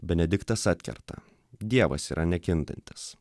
benediktas atkerta dievas yra nekintantis